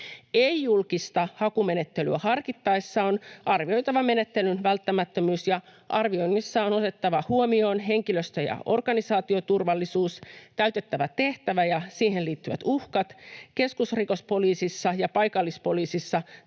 Ei-julkista hakumenettelyä harkittaessa on arvioitava menettelyn välttämättömyys, ja arvioinnissa on otettava huomioon henkilöstö- ja organisaatioturvallisuus, täytettävä tehtävä ja siihen liittyvät uhkat, keskusrikospoliisissa ja paikallispoliisissa